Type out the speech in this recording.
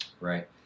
right